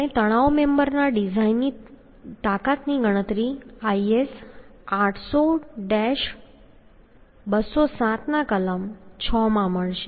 આપણને તણાવ મેમ્બરના ડિઝાઇન તાકાત ની ગણતરી IS 800 2007 ના કલમ 6 માં મળશે